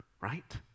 right